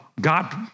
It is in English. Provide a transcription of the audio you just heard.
God